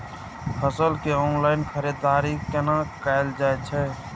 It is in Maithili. फसल के ऑनलाइन खरीददारी केना कायल जाय छै?